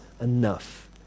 enough